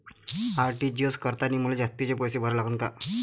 RTGS करतांनी मले जास्तीचे पैसे भरा लागन का?